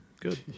good